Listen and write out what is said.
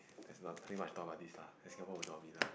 there is nothing much to talk about this lah Singapore will not be lah